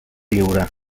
lliure